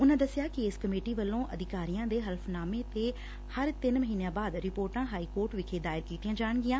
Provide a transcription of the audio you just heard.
ਉਨਾਂ ਦਸਿਆ ਕਿ ਇਸ ਕਮੇਟੀ ਵੱਲੋਂ ਅਧਿਕਾਰੀਆਂ ਦੇ ਹਲਫ਼ਨਾਮੇ ਤੇ ਹਰ ਤਿੰਨ ਮਹੀਨਿਆਂ ਬਾਅਦ ਰਿਪੋਰਟਾਂ ਹਾਈਕੋਰਟ ਵਿਖੇ ਦਾਇਰ ਕੀਤੀਆਂ ਜਾਣਗੀਆਂ